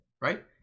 right